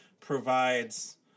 provides